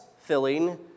filling